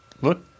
look